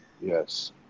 Yes